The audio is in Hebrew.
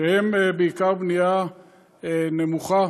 שהן בעיקר בנייה נמוכה,